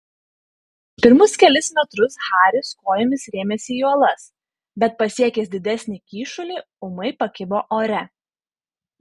pirmus kelis metrus haris kojomis rėmėsi į uolas bet pasiekęs didesnį kyšulį ūmai pakibo ore